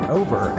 over